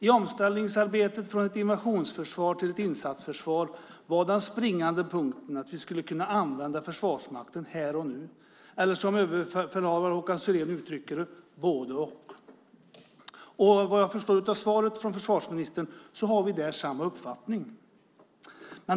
I omställningsarbetet från ett invasionsförsvar till ett insatsförsvar var den springande punkten att vi skulle kunna använda Försvarsmakten här och nu, eller som överbefälhavare Håkan Syrén uttrycker det: både-och. Vad jag förstår av svaret från försvarsministern har vi där samma uppfattning.